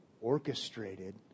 Orchestrated